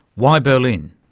why berlin?